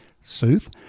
sooth